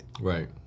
Right